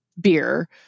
beer